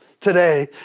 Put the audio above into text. today